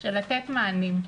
של לתת מענים,